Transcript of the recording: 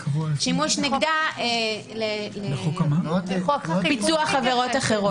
ולא ייעשה בו שימוש נגדה בפיצוח עבירות אחרות.